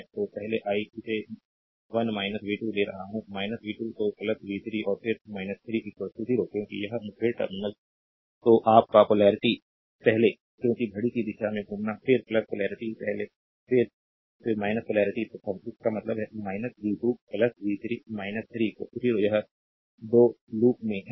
तो पहले आई इसे 1 v 2 ले रहा हूँ v 2 तो v 3 और फिर 3 0 क्योंकि यह मुठभेड़ टर्मिनल तो आप का पोलेरिटी पहले क्योंकि घड़ी की दिशा में घूमना फिर पोलेरिटी पहले फिर फिर पोलेरिटी प्रथम इसका मतलब है v 2 v 3 3 0 यह 2 लूप में है